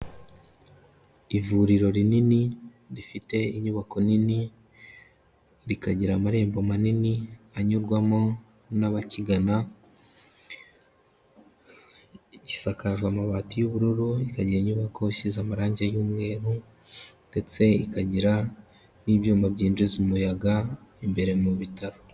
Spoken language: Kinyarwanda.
Ivuriro rinini, rifite inyubako nini, rikagira amarembo manini anyurwamo n'abakigana, isakajwe amabati y'ubururu, ikagira inyubako isize amarangi y'umweru ndetse ikagira n'ibyuma byinjiza umuyaga imbere mu bitaro.